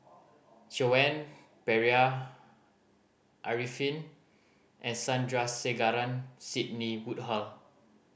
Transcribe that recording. Joan Pereira Arifin and Sandrasegaran Sidney Woodhull